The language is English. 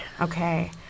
Okay